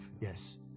yes